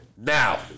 Now